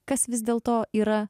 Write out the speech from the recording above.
kas vis dėlto yra